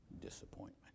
disappointment